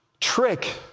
trick